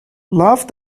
love